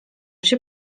się